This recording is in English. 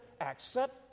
Accept